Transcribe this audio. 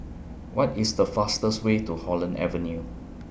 What IS The fastest Way to Holland Avenue